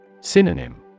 Synonym